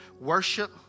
worship